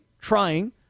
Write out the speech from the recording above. trying